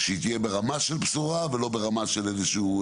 שהיא תהיה ברמה של בשורה ולא ברמה של איזשהו,